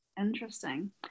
Interesting